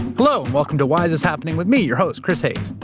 hello, welcome to why is this happening? with me, your host, chris hayes.